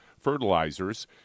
fertilizers